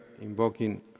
invoking